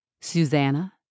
Susanna